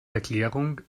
erklärung